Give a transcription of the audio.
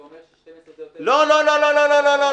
אתה אומר ש-12 זה יותר מדי --- לא, לא, לא.